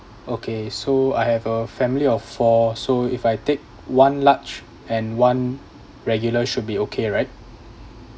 okay so I have a family of four so if I take one large and one regular should be okay right